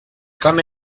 come